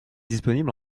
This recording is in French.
disponible